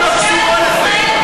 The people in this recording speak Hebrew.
את לא קשורה לזה.